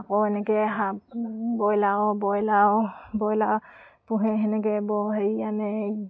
আকৌ এনেকৈ হাট ব্ৰইলাৰ ব্ৰইলাৰ ব্ৰইলাৰ পোহে সেনেকৈ বৰ হেৰি আনে